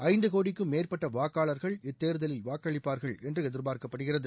ஐந்து கோடிக்கும் மேற்பட்ட வாக்காளர்கள் இத்தேர்தலில் வாக்களிப்பார் என்று எதிர்பார்க்கப்படுகிறது